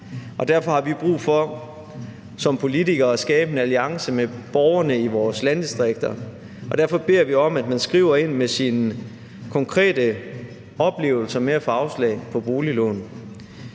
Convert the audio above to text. Derfor har vi brug for som politikere at skabe en alliance med borgerne i vores landdistrikter, og derfor beder vi om, at man skriver ind med sine konkrete oplevelser med at få afslag på boliglån.